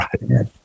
Right